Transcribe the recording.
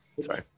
sorry